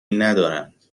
ندارند